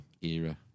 era